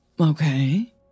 Okay